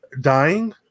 dying